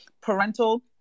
parental